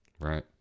Right